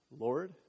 Lord